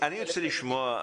צריך לעשות על זה דיון נפרד.